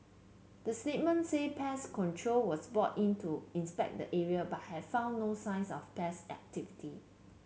the statement said pest control was brought in to inspect the area but had found no signs of pest activity